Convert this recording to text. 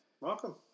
Welcome